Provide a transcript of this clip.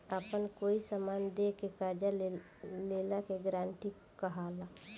आपन कोई समान दे के कर्जा लेला के गारंटी कहला